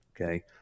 Okay